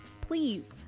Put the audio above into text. Please